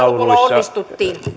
luvulla onnistuttiin